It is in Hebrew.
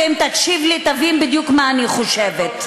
ואם תקשיב לי תבין בדיוק מה אני חושבת.